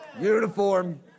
Uniform